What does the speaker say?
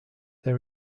they